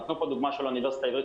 נתנו פה דוגמה של האוניברסיטה העברית,